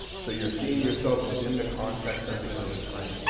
so you're seeing yourself within the context of the urban frame.